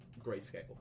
grayscale